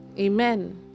Amen